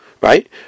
right